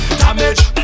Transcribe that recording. damage